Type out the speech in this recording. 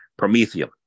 Prometheum